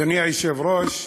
אדוני היושב-ראש,